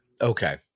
Okay